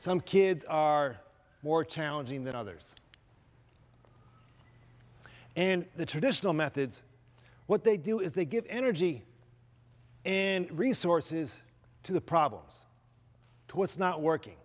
some kids are more challenging than others and the traditional methods what they do is they give energy in resources to the problems to what's not working